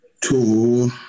two